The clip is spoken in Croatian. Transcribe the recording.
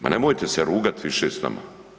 Ma nemojte se rugati više s nama.